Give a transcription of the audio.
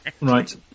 Right